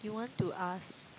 you want to ask